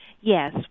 Yes